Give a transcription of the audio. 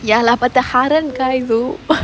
ya lah but the harem guy though